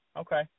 Okay